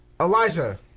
Elijah